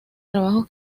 trabajos